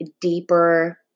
deeper